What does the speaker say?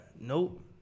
nope